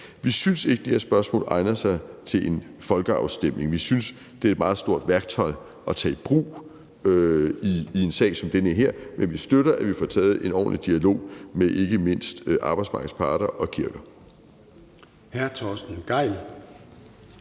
Vi synes ikke, at det her spørgsmål egner sig til en folkeafstemning. Vi synes, det er et meget stort værktøj at tage i brug i en sag som den her, men vi støtter, at vi får taget en ordentlig dialog med ikke mindst arbejdsmarkedets parter og kirken.